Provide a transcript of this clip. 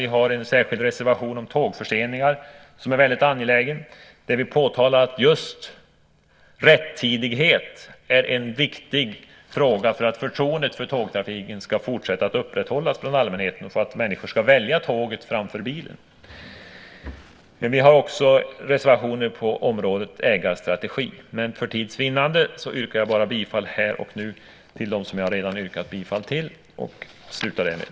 Vi har en särskild reservation om tågförseningar som är väldigt angelägen, där vi påtalar att just rättidighet är en viktig fråga för att förtroendet för tågtrafiken ska fortsätta att upprätthållas bland allmänheten och för att människor ska välja tåget framför bilen. Vi har också reservationer på området ägarstrategi. Men för tids vinnande yrkar jag bifall här och nu bara till de reservationer som jag redan har yrkat bifall till och avslutar därmed.